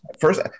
first